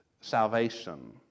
salvation